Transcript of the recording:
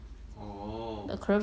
orh